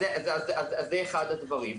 אז זה אחד הדברים.